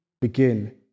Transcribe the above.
begin